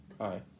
Hi